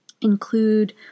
include